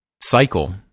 cycle